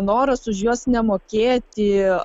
noras už juos nemokėti